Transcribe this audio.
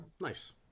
Nice